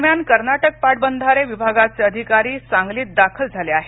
दरम्यान कर्नाटक पाटबंधारे विभागाचे अधिकारी सांगलीत दाखल झाले आहेत